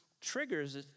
triggers